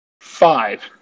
Five